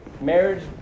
Marriage